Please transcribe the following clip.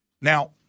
Now